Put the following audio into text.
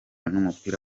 n’umupira